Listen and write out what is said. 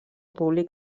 públic